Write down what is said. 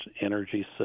energy